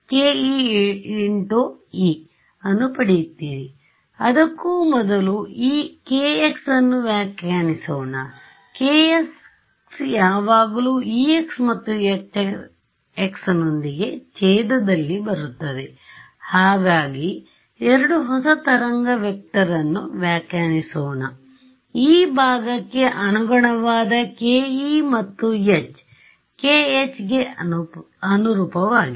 ke × E ಅನ್ನು ಪಡೆಯುತ್ತೀರಿ ಅದಕ್ಕೂ ಮೊದಲು ಈ k x ನ್ನು ವ್ಯಾಖ್ಯಾನಿಸೋಣ k x ಯಾವಾಗಲೂ ex ಮತ್ತು hxನೊಂದಿಗೆ ಛೇಧದಲ್ಲಿ ಬರುತ್ತದೆ ಹಾಗಾಗಿ ಎರಡು ಹೊಸ ತರಂಗ ವೆಕ್ಟರ್ ಅನ್ನು ವ್ಯಾಖ್ಯಾನಿಸೋಣ E ಭಾಗಕ್ಕೆ ಅನುಗುಣವಾದ ke ಮತ್ತು H kh ಗೆ ಅನುರೂಪವಾಗಿದೆ